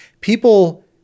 People